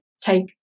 take